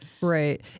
Right